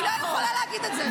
היא לא יכולה להגיד את זה.